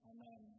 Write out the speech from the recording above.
Amen